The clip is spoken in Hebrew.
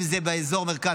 אם זה באזור המרכז,